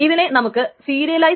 അതിനു ശേഷം Tj abort ആകും